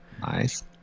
Nice